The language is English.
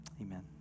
Amen